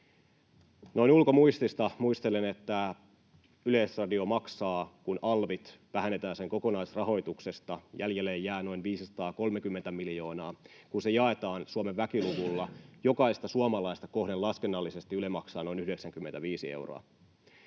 Noin ulkomuistista muistelen, että Yleisradio maksaa, kun alvit vähennetään sen kokonaisrahoituksesta, jäljelle jää noin 530 miljoonaa, ja kun se jaetaan Suomen väkiluvulla, jokaista suomalaista kohden laskennallisesti, Yle maksaa noin 95 euroa.